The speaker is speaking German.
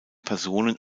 personen